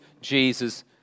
Jesus